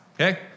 okay